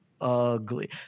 ugly